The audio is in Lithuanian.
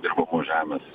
dirbamos žemės